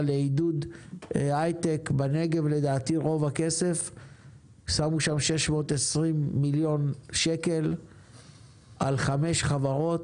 לעידוד הייטק בנגב השקיעה 620 מיליון שקל בחמש חברות.